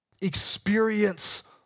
Experience